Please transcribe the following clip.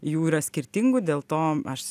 jų yra skirtingų dėl to aš